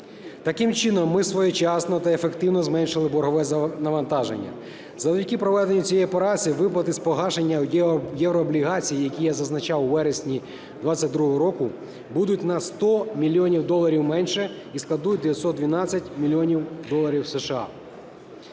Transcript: Таким чином, ми своєчасно та ефективно зменшили боргове навантаження. Завдяки проведенню цієї операції виплати з погашення єврооблігацій, які я зазначав, у вересні 22-го року будуть на 100 мільйонів доларів менше і складуть 912 мільйонів доларів США,